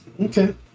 okay